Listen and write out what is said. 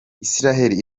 israel